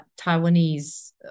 Taiwanese